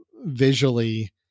visually